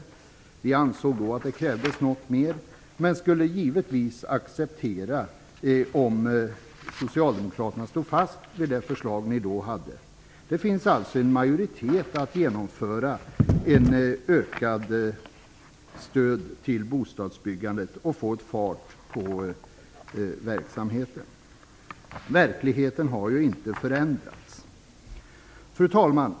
Vänsterpartiet ansåg då att det krävdes något mer, men skulle givetvis acceptera att Socialdemokraterna stod fast vid det förslag man då hade. Det finns alltså en majoritet för att genomföra ett ökat stöd till bostadsbyggandet och få fart på verksamheten. Verkligheten har ju inte förändrats. Fru talman!